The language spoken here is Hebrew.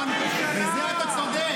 אל תשאל אותי.